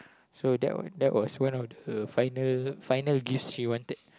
so that was one of the final final gifts she wanted